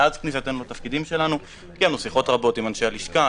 מאז כניסתנו לתפקידים שלנו קיימנו שיחות רבות עם אנשי הלשכה,